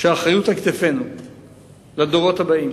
שהאחריות על כתפינו לדורות הבאים,